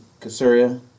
Caesarea